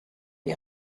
ihr